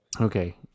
okay